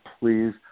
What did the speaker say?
please